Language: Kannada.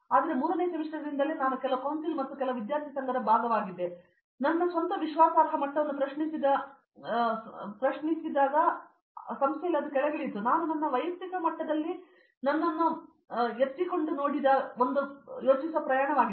ಆದರೆ ಮೂರನೆಯ ಸೆಮಿಸ್ಟರ್ನಿಂದಲೇ ನಾನು ಕೆಲವು ಕೌನ್ಸಿಲ್ ಅಥವಾ ಕೆಲವು ವಿದ್ಯಾರ್ಥಿ ಸಂಘದ ಭಾಗವಾಗಿದ್ದೆ ಮತ್ತು ನನ್ನ ಸ್ವಂತ ವಿಶ್ವಾಸಾರ್ಹ ಮಟ್ಟವನ್ನು ಪ್ರಶ್ನಿಸಿದ ಸಂಸ್ಥೆಯಲ್ಲಿ ಅದು ಕೆಳಗಿಳಿಯಿತು ಮತ್ತು ನಾನು ವೈಯಕ್ತಿಕ ಮಟ್ಟದಲ್ಲಿ ನನ್ನನ್ನು ಎತ್ತಿಕೊಂಡು ಅದನ್ನು ನಾನು ಯೋಚಿಸುವ ಒಂದು ಪ್ರಯಾಣವಾಗಿದೆ